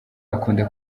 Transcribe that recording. akunda